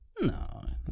No